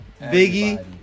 Biggie